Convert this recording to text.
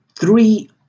three